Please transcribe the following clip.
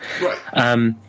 right